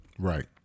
Right